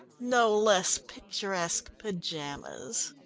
no less picturesque pyjamas.